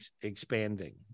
expanding